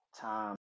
time